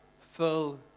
full